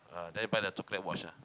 ah then you buy the chocolate watch ah